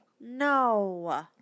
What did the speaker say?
No